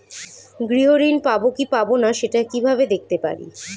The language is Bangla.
গৃহ ঋণ পাবো কি পাবো না সেটা কিভাবে দেখতে পারি?